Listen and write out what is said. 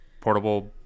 portable